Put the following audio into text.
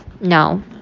No